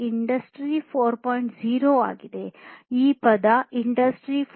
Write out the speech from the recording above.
0 ಈ ಪದ ಇಂಡಸ್ಟ್ರಿ 4